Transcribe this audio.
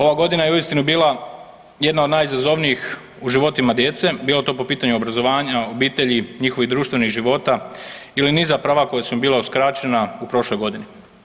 Ova godina je uistinu bila jedna od najizazovnijih u životima djece, bilo to po pitanju obrazovanja, obitelji, njihovih društvenih života ili niza prava koja su im bila uskraćena u prošloj godini.